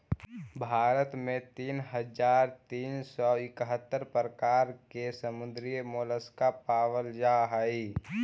भारत में तीन हज़ार तीन सौ इकहत्तर प्रकार के समुद्री मोलस्का पाबल जा हई